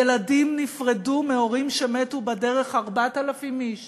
ילדים נפרדו מהורים שמתו בדרך, 4,000 איש